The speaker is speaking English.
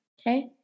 Okay